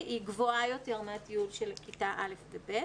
היא גבוהה יותר מהטיול של כיתה א' ו-ב'.